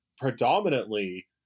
predominantly